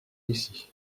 ici